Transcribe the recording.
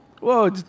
Whoa